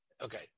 Okay